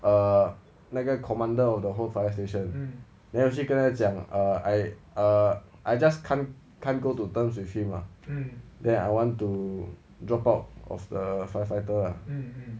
err 那个 commander of the whole fire station then 我就跟他讲 err I err I just can't can't go to terms with him lah then I want to drop out of the firefighter lah